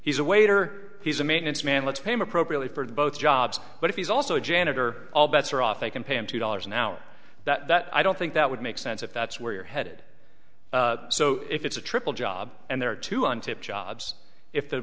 he's a waiter he's a maintenance man let's pay more appropriately for both jobs but if he's also a janitor all bets are off they can pay him two dollars an hour that i don't think that would make sense if that's where you're headed so if it's a triple job and there are two on tape jobs if the